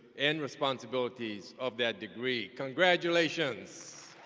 and responsibilities of that degree. congratulations!